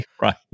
Right